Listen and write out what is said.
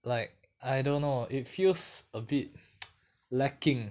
like I don't know it feels a bit lacking